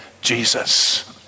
Jesus